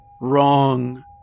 Wrong